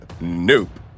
Nope